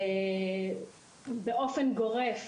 באופן גורף